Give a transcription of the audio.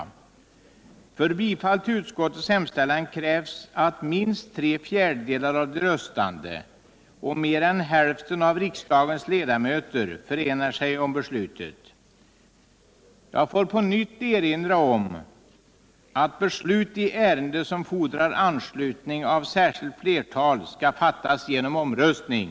För bifall till utskottets hemställan krävs att minst tre fjärdedelar av de röstande och mer än hälften av riksdagens ledamöter förenar sig om beslutet. Beslut i ärende som fordrar anslutning av särskilt flertal skall fattas genom omröstning.